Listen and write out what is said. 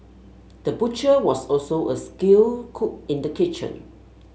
the butcher was also a skilled cook in the kitchen